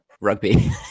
rugby